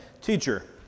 Teacher